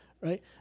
right